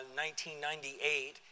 1998